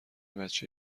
بچه